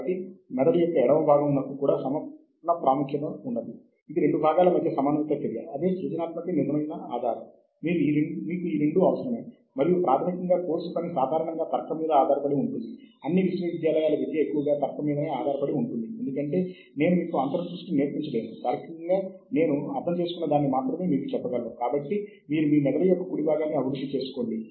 కాబట్టి ఒక నిర్దిష్ట ప్రాంతంలో గల రెండు జర్నల్స్ ని మీరు పోల్చాలనుకుంటే అప్పుడు ఇంపాక్ట్ ఫ్యాక్టర్ ఎక్కువ ఉన్న జర్నల్ లో గల వ్యాసాన్ని మాత్రమే చదువుతారు మరియు మరింత తరచుగా సూచిస్తారు